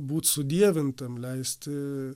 būt sudievintam leisti